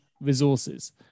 resources